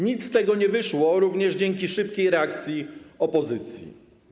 Nic z tego nie wyszło również dzięki szybkiej reakcji opozycji.